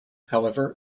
however